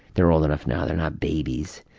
there old enough now. they're not babies.